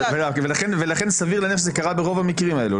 ולכן סביר להניח שזה קרה ברוב המקרים האלה,